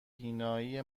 بینایی